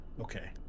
Okay